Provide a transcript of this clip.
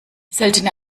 seltene